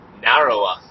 narrower